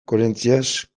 koherentziaz